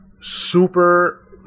super